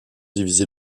divisé